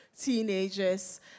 teenagers